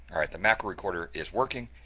alright. the macro recorder is working.